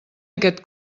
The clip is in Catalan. aquest